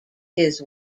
his